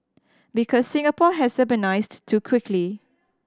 because Singapore has urbanised too quickly